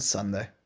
Sunday